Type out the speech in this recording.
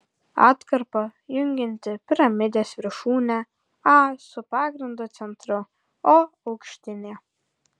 atkarpa jungianti piramidės viršūnę a su pagrindo centru o aukštinė